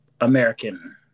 American –